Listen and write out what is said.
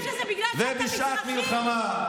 ובשעת מלחמה,